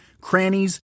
crannies